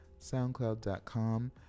soundcloud.com